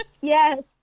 Yes